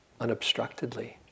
unobstructedly